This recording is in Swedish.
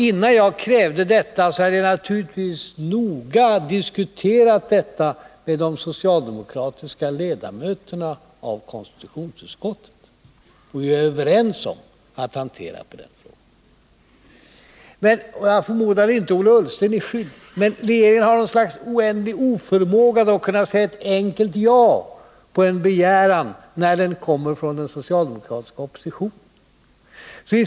Innan jag krävde detta hade jag naturligtvis noga diskuterat saken med de socialdemokratiska ledamöterna av konstitutionsutskottet, och vi var överens om att hantera frågan på det sättet. Men regeringen har något slags oändlig oförmåga att svara ett enkelt ja på en begäran när den kommer från den socialdemokratiska oppositionen.